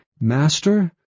Master